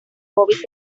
hobbies